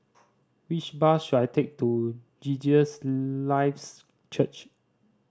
which bus should I take to Jesus Lives Church